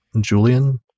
Julian